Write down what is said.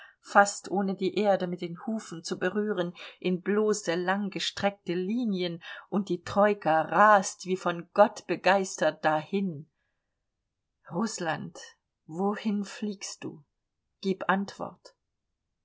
fast ohne die erde mit den hufen zu berühren in bloße langgestreckte linien und die troika rast wie von gott begeistert dahin rußland wohin fliegst du gib antwort